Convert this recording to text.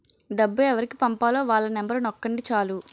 డబ్బు ఎవరికి పంపాలో వాళ్ళ నెంబరు నొక్కండి చాలు